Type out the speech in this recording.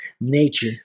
nature